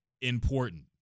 important